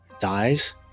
dies